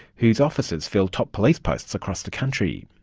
whose officers fill top police posts across the country.